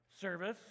service